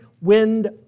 wind